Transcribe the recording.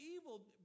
evil